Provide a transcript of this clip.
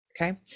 Okay